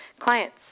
clients